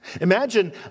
Imagine